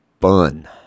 fun